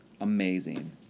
amazing